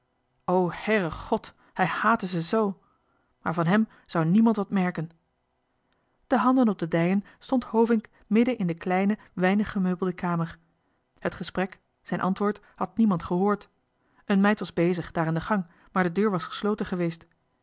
heiregot hij haatte se soo maar van hem zou niemand wat merken de handen op de dijen stond hovink midden in de kleine weinig gemeubelde kamer het gesprek zijn antwoord had niemand gehoord een meid was bezig daar in de gang maar de deur was gesloten geweest